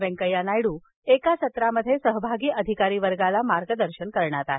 वेंकय्या नायडू एका सत्रामध्ये सहभागी अधिकारीवर्गाला मार्गदर्शन करणार आहेत